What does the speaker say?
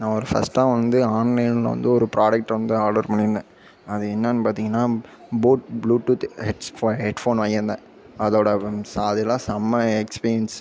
நான் ஒரு ஃபர்ஸ்டாக வந்து ஆன்லைனில் வந்து ஒரு ப்ராடக்ட் வந்து ஆர்டர் பண்ணியிருந்தேன் அது என்னெனு பார்த்தீங்கனா போட் ப்ளுடூத் ஹெச் ஃபோஹெ ஹெட்ஃபோன் வாங்கியிருந்தேன் அதோடய அதெலாம் செம்மை எக்ஸ்பீரியன்ஸ்